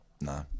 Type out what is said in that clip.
no